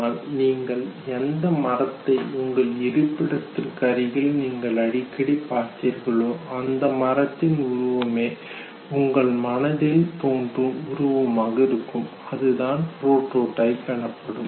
ஆனால் நீங்கள் எந்த மரத்தை உங்கள் இருப்பிடத்திற்கு அருகில் நீங்கள் அடிக்கடி பார்த்தீர்களோ அந்த மரத்தின் உருவமே உங்கள் மனதில் தோன்றும் உருவமாக இருக்கும் அதுதான் புரோடோடைப் எனப்படும்